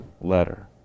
letter